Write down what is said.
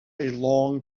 long